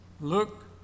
Look